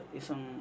isang